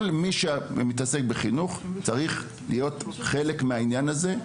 כל מי שמתעסק בחינוך צריך להיות חלק מהעניין הזה.